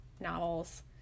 novels